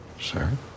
Sir